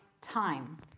time